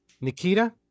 Nikita